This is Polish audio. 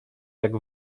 jak